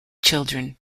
children